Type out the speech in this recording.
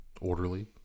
orderly